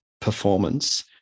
performance